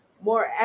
more